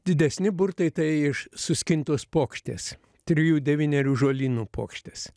didesni burtai tai iš suskintos puokštės trijų devynerių žolynų puokštės